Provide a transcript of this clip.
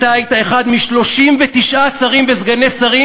אתה היית אחד מ-39 שרים וסגני שרים